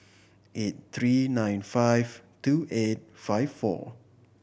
eight three nine five two eight five four